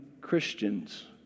Christians